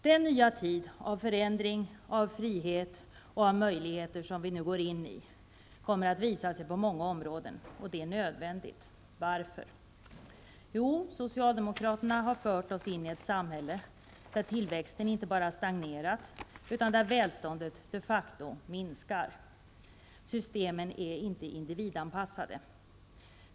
Den nya tid av förändring, av frihet och av möjligheter som vi nu går in i kommer att visa sig på många områden. Och det är nödvändigt. Varför? Socialdemokraterna har fört oss in i ett samhälle där tillväxten inte bara har stagnerat utan där välståndet de facto minskar. Systemen är inte individanpassade.